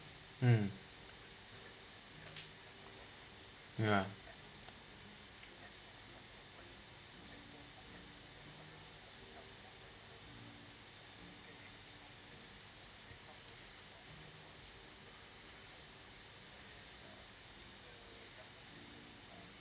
mm ya